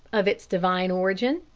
of its divine origin,